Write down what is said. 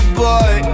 boy